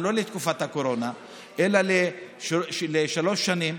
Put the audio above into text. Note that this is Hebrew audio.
אבל לא לתקופת הקורונה אלא לשלוש שנים,